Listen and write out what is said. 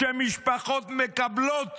כשמשפחות מקבלות